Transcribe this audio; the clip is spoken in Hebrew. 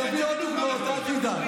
אני אביא עוד דוגמאות, אל תדאג.